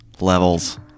levels